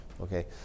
Okay